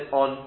on